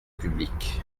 publique